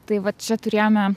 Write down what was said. tai va čia turėjome